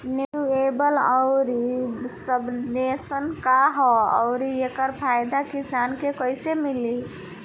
Renewable आउर subvention का ह आउर एकर फायदा किसान के कइसे मिली?